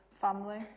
family